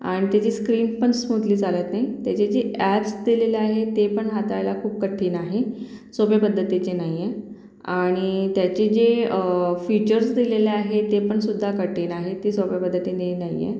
आणि त्याची स्क्रीन पण स्मूथली चालत नाही त्याचे जे अॅप्स दिलेले आहेत ते पण हाताळायला खूप कठीण आहे सोप्या पद्धतीचे नाही आहे आणि त्याचे जे फीचर्स दिलेले आहेत ते पण सुद्धा कठीण आहे ते सोप्या पद्धतीने नाही आहे